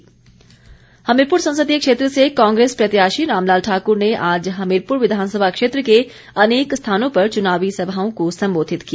रामलाल हमीरपुर संसदीय क्षेत्र से कांग्रेस प्रत्याशी रामलाल ठाकुर ने आज हमीरपुर विधानसभा क्षेत्र के अनेक स्थानो पर चुनावी सभाओं को संबोधित किया